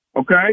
Okay